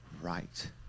right